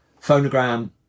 Phonogram